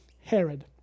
Herod